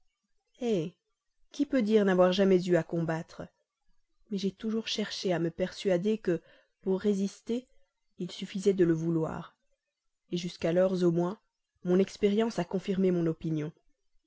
qui peut dire n'avoir jamais eu à combattre mais j'ai toujours cherché à me persuader que pour résister il suffisait de le vouloir jusqu'alors au moins mon expérience a confirmé mon opinion